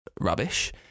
rubbish